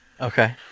Okay